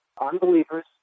unbelievers